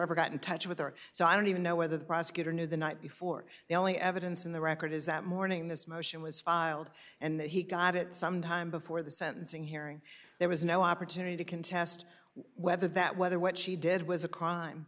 ever got in touch with her so i don't even know whether the prosecutor knew the night before the only evidence in the record is that morning this motion was filed and that he got it some time before the sentencing hearing there was no opportunity to contest whether that whether what she did was a crime